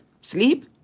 sleep